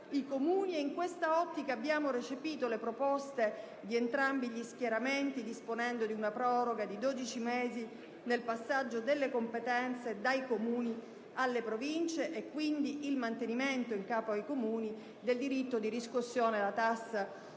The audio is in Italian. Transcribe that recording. i Comuni, e in questa ottica abbiamo recepito le proposte di entrambi gli schieramenti, disponendo una proroga di 12 mesi nel passaggio delle competenze dai Comuni alle Province e, quindi, il mantenimento in capo ai Comuni del diritto di riscossione della tassa